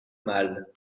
mâle